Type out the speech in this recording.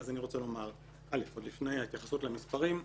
אז אני רוצה לומר עוד לפני ההתייחסות למספרים,